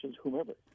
whomever